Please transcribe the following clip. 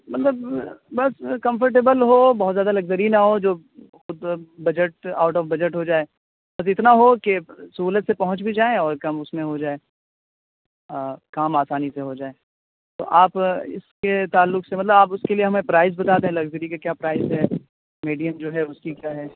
مطلب بس کمفرٹیبل ہو بہت زیادہ لگژری نہ ہو جو بہت بجٹ آؤٹ آف بجٹ ہوجائے بس اتنا ہو کہ سہولت سے پہنچ بھی جائیں اور کم اس میں ہوجائے کام آسانی سے ہوجائے تو آپ اس کے تعلق سے مطلب آپ اس کے لیے ہمیں پرائز بتا دیں لگژری کے کیا پرائز ہیں میڈیم جو ہے اس کی کیا ہے